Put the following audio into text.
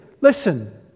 Listen